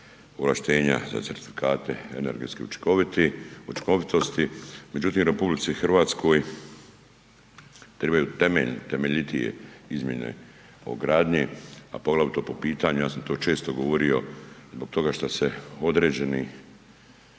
ovlaštenja za certifikate energetske učinkovitosti, međutim u RH trebaju temeljitije izmjene o gradnji, a poglavito po pitanju ja sam to često govorio zbog toga što se određeni,